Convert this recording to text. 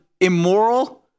immoral